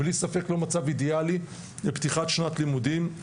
בלי ספק זה לא מצב אידיאלי לפתיחת שנת הלימודים.